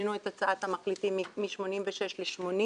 שינינו את הצעת המחליטים מ-86 ל-80.